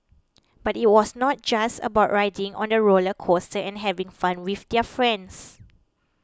but it was not just about riding on the roller coasters and having fun with their friends